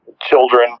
children